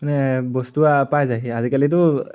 মানে বস্তু পাই যায়হি আজিকালিতো